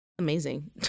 Amazing